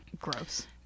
Gross